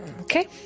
Okay